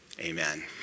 Amen